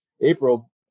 April